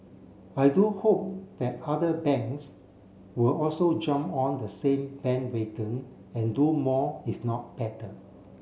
I do hope that other banks will also jump on the same bandwagon and do more if not better